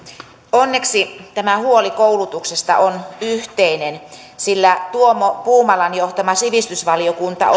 onneksi tämä huoli koulutuksesta on yhteinen sillä tuomo puumalan johtama sivistysvaliokunta